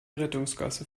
rettungsgasse